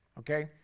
Okay